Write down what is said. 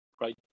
right